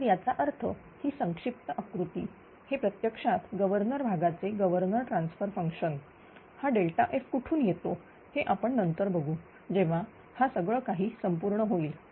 तर याचा अर्थ ही संक्षिप्त आकृती हे प्रत्यक्षात गव्हर्नर भागाचे गव्हर्नर ट्रान्सफर फंक्शन हाΔF कुठून येतो हे आपण नंतर बघू जेव्हा हा सगळं काही संपूर्ण होईल